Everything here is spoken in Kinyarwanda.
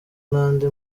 n’andi